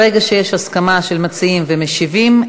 ברגע שיש הסכמה של מציעים ומשיבים,